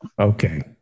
okay